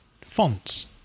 fonts